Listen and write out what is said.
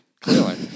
Clearly